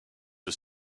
was